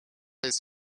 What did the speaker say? its